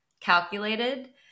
calculated